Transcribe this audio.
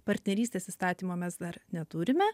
partnerystės įstatymo mes dar neturime